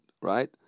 right